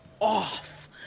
off